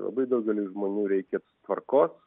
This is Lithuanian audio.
labai daugeliui žmonių reikia tvarkos